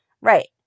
Right